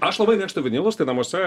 aš labai mėgstu vinilus tai namuose